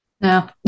no